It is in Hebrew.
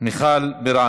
מיכל בירן,